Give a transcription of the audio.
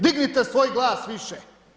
Dignite svoj glas više!